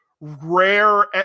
rare